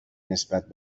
نسبت